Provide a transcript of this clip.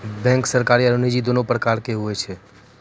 bank सरकारी आरो निजी दोनो प्रकार के होय छै